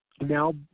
Now